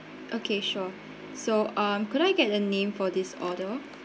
okay sure so um could I get a name for this order